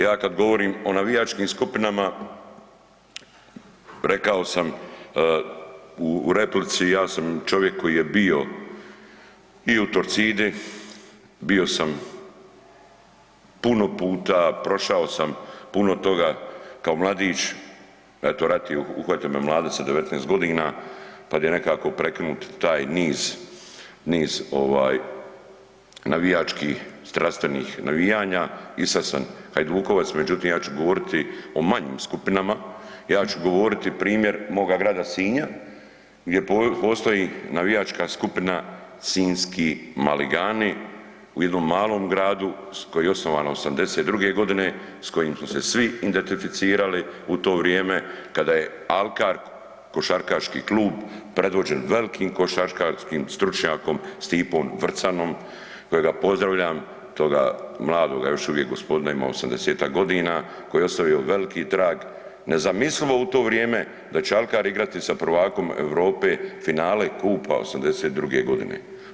Ja kad govorim o navijačkim skupinama, rekao sam u replici, ja sam čovjek koji je bio i u Torcidi, bio sam puno puta, prošao sam puno toga kao mladić, eto rat je uhvatio me mladog sa 19 g. kad je nekako prekinut taj niz navijačkih strastvenih navijanja, i sad sam Hajdukovac međutim ja ću govoriti o manjim skupinama, ja ću govoriti primjer moga grad Sinja gdje postoji navijačka skupina Sinjski maligani, u jednom malom gradu koji je osnovan '82., s kojim smo se svi identificirali u to vrijeme kada je Alkar, košarkaški klub predvođen velikim košarkaškim stručnjakom Stipom Vrcanom kojega pozdravljam, toga mladoga još uvijek gospodina, ima 80-ak godina, koji je ostavio veliki trag, nezamislivo u to vrijeme da će Alkar igrat sa prvakom Europe finale kupa '82. godine.